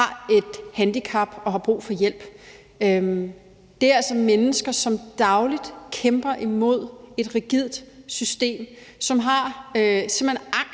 har et handicap, og som har brug for hjælp, er altså nogle mennesker, som dagligt kæmper imod et rigidt system. De har